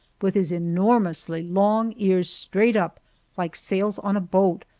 with his enormously long ears straight up like sails on a boat,